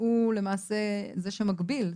שהוא למעשה זה שמגביל.